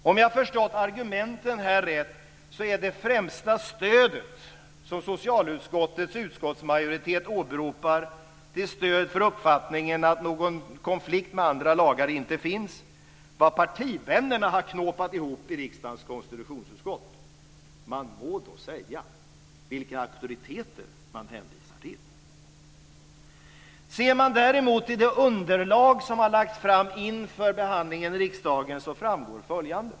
Om jag har förstått argumenten rätt är det främsta stödet som socialutskottets majoritet åberopar till stöd för uppfattningen att någon konflikt med andra lagar inte finns vad partivännerna har knåpat ihop i riksdagens konstitutionsutskott. Jag må då säga: Vilka auktoriteter man hänvisar till! Ser vi däremot i det underlag som har lagts fram inför behandlingen i riksdagen framgår följande.